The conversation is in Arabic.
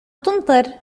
تمطر